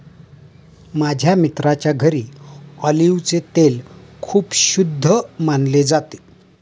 माझ्या मित्राच्या घरी ऑलिव्हचे तेल खूप शुद्ध मानले जाते